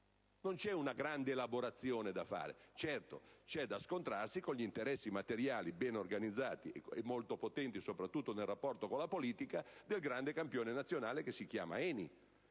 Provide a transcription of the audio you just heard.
Non c'è una grande elaborazione da fare. Certo, c'è da scontrarsi con gli interessi materiali, ben organizzati e molto potenti, soprattutto nel rapporto con la politica, del grande campione nazionale che si chiama ENI;